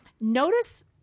notice